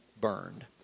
burned